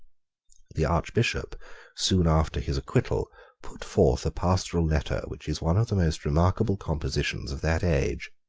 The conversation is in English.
the archbishop soon after his acquittal put forth a pastoral letter which is one of the most remarkable compositions of that age.